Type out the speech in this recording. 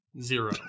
zero